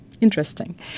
Interesting